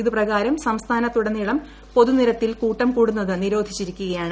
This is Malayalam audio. ഇത് പ്രകാരം സംസ്ഥാനത്തുടനീളം പൊതുനിരത്തിൽ കൂട്ടം കൂടുന്നത് നിരോധിച്ചിരിക്കുകയാണ്